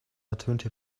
ertönte